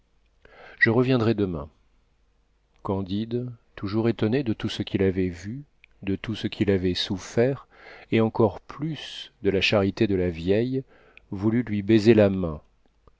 je reviendrai demain candide toujours étonné de tout ce qu'il avait vu de tout ce qu'il avait souffert et encore plus de la charité de la vieille voulut lui baiser la main